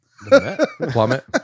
plummet